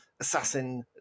assassin